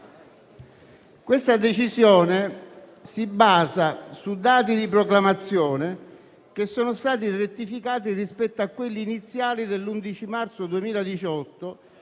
Questa decisione si basa su dati di proclamazione che sono stati rettificati rispetto a quelli iniziali dell'11 marzo 2018